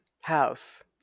house